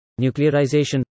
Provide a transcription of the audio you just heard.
nuclearization